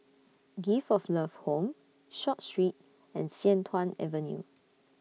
Gift of Love Home Short Street and Sian Tuan Avenue